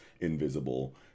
invisible